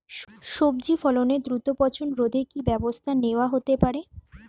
সবজি ফসলের দ্রুত পচন রোধে কি ব্যবস্থা নেয়া হতে পারে?